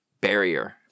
barrier